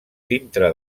dintre